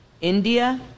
India